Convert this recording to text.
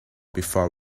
before